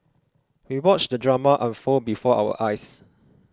we watched the drama unfold before our eyes